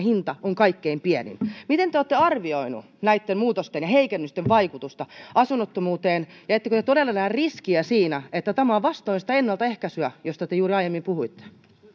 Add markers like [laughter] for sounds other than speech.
[unintelligible] hinta on kaikkein pienin miten te olette arvioineet näitten muutosten ja heikennysten vaikutusta asunnottomuuteen ja ettekö te todella näe riskiä siinä että tämä on vastoin sitä ennaltaehkäisyä josta te juuri aiemmin puhuitte